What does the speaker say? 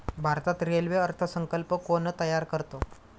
भारतात रेल्वे अर्थ संकल्प कोण तयार करतं?